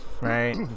right